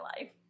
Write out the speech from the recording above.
life